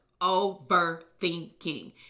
Overthinking